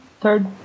third